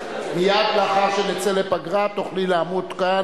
מייד לאחר שנצא לפגרה תוכלי לעמוד כאן